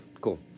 cool